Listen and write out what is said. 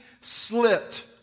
slipped